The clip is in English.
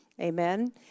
Amen